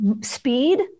speed